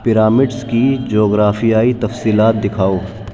pyramids کی جغرافیائی تفصیلات دکھاؤ